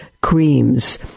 creams